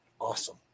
awesome